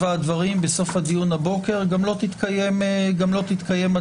הדברים בתום הדיון הבוקר גם לא תתקיים הצבעה,